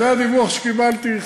זה הדיווח שקיבלתי.